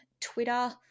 Twitter